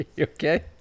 okay